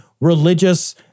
Religious